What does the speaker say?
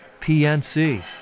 PNC